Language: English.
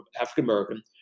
African-American